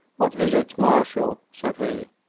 what is it, marshal? said he.